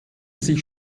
sich